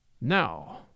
Now